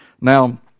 Now